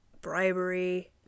bribery